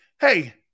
Hey